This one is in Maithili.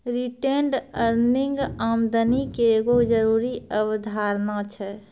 रिटेंड अर्निंग आमदनी के एगो जरूरी अवधारणा छै